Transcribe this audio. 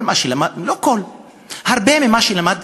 כל מה שלמד הרבה ממה שלמד,